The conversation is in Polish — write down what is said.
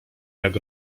jak